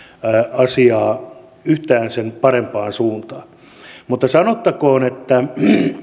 asiaa yhtään sen parempaan suuntaan mutta sanottakoon että